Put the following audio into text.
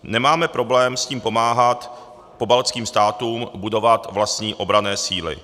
Nemáme problém s tím pomáhat pobaltským státům budovat vlastní obranné síly.